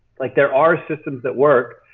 like there are systems that work,